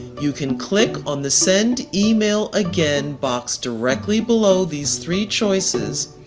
you can click on the send email again box directly below these three choices.